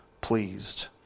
pleased